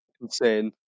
insane